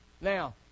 Now